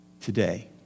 today